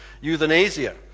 euthanasia